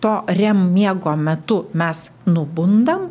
to rem miego metu mes nubundam